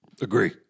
Agree